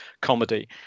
comedy